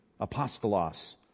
apostolos